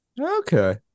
Okay